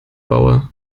baue